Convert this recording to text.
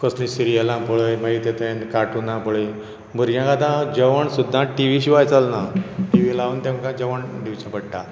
कसलींय सिरियलां पळय मागीर तें कार्टूना पळय भुरग्यांक आतां जेवण सुद्दा टी व्ही शिवाय चलना टी व्ही लावन तांकां जेवण दिवचें पडटा